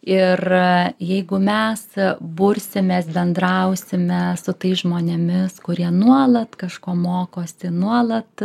ir jeigu mes bursimės bendrausime su tais žmonėmis kurie nuolat kažko mokosi nuolat